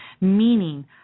meaning